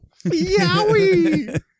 Yowie